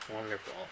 wonderful